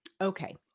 okay